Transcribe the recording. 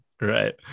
Right